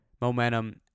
momentum